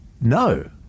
no